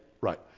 Right